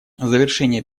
завершение